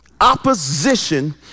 opposition